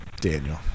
Daniel